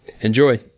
Enjoy